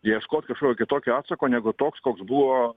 neieškot kažkokio kitokio atsako negu toks koks buvo